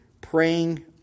praying